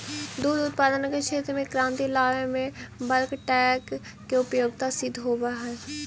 दुध उत्पादन के क्षेत्र में क्रांति लावे में बल्क टैंक के उपयोगिता सिद्ध होवऽ हई